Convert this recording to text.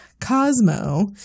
Cosmo